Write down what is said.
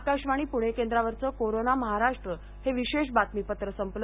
आकाशवाणी पृणे केंद्रावरच कोरोना महाराष्ट हे विशेष बातमीपत्र संपल